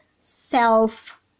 self